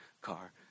car